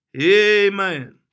Amen